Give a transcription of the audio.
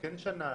לא שנה,